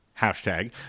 hashtag